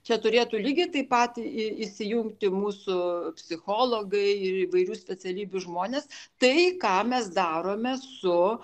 čia turėtų lygiai taip pat į įsijungti mūsų psichologai ir įvairių specialybių žmonės tai ką mes darome su